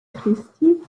christie